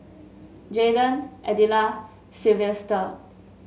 Jaeden Adella Silvester